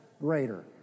greater